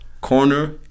corner